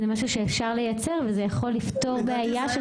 זה משהו שאפשר לייצר וזה יכול לפתור בעיה של